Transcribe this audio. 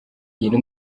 iyi